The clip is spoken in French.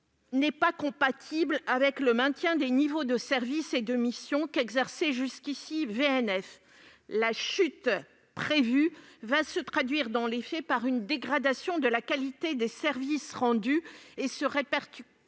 n'est pas compatible avec le maintien des niveaux de services et de missions qu'exerçait jusqu'ici VNF. La chute prévue va se traduire, dans les faits, par une dégradation de la qualité des services rendus et se répercutera